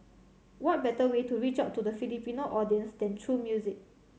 what better way to reach out to the Filipino audience than through music